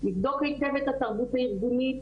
לבדוק היטב את התרבות הארגונית,